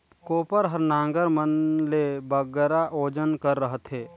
कोपर हर नांगर मन ले बगरा ओजन कर रहथे